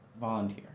volunteer